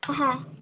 হ্যাঁ হ্যাঁ